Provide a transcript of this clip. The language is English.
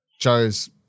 Joe's